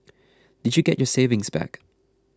did you get your savings back